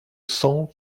cent